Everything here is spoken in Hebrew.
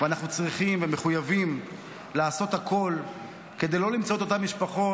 צריכים ומחויבים לעשות הכול כדי לא למצוא את אותן משפחות